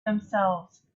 themselves